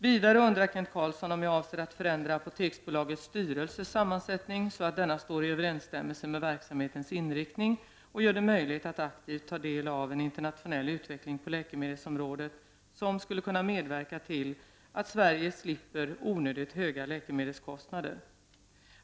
Vidare undrar Kent Carlsson om jag avser att förändra Apoteksbolagets styrelses sammansättning så att denna står i överensstämmelse med verksamhetens inriktning och gör det möjligt att aktivt ta del av en internationell utveckling på läkemedels området som skulle kunna medverka till att Sverige slipper onödigt höga läkemedelskostnader.